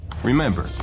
Remember